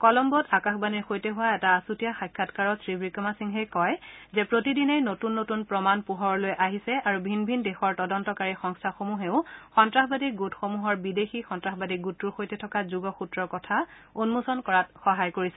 কলম্বোত আকাশবাণীৰ সৈতে হোৱা এটা আছুতীয়া সাক্ষাৎকাৰত শ্ৰীৱিক্ৰমাসিংঘে কয় যে প্ৰতিদিনেই নতুন নতুন প্ৰমাণ পোহৰলৈ আহিছে আৰু ভিন ভিন দেশৰ তদন্তকাৰী সংস্থাসমূহেও সন্নাসবাদী গোটসমূহৰ বিদেশী সন্তাসবাদী গোটৰ সৈতে থকা যোগসূত্ৰৰ কথা উন্মোচন কৰাত সহায় কৰিছে